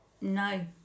No